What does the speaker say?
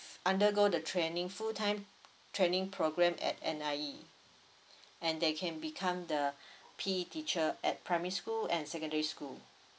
undergo the training full time training program at N_I_E and they can become the P_E teacher at primary school and secondary school